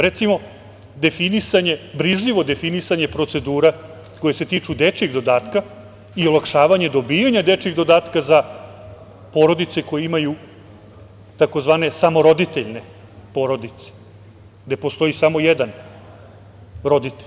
Recimo, definisanje, brižljivo definisanje procedura koje se tiču dečije dodatka i olakšavanja dobijanja dečijeg dodatka za porodice koje imaju tzv. samoroditeljne porodice, gde postoji samo jedan roditelj.